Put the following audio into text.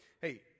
hey